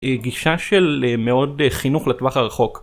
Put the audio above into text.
גישה של מאוד חינוך לטווח הרחוק